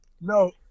No